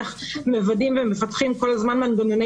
איך מוודאים ומפתחים כל הזמן מנגנוני